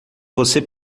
você